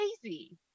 crazy